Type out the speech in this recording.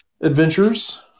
adventures